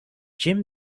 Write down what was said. jim